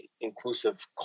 inclusive